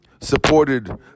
supported